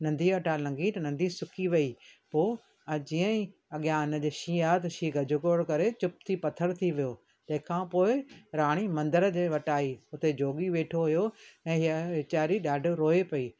नदीअ वटां लंघी त नदी सुकी वई पोइ जीअं ई अॻियां उनजे शींहु आयो त शींहु गजगोड़ करे चुपि थी पथरु थी वियो तंहिंखां पोइ राणी मंदर जे वटि आई हुते जोॻी वेठो हुओ ऐं हीअ विचारी ॾाढो रोए पई